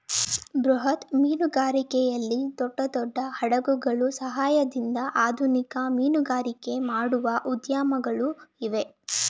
ಬೃಹತ್ ಮೀನುಗಾರಿಕೆಯಲ್ಲಿ ದೊಡ್ಡ ದೊಡ್ಡ ಹಡಗುಗಳ ಸಹಾಯದಿಂದ ಆಧುನಿಕ ಮೀನುಗಾರಿಕೆ ಮಾಡುವ ಉದ್ಯಮಗಳು ಇವೆ